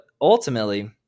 ultimately